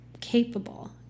capable